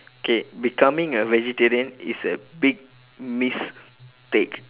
K becoming a vegetarian is a big miss steak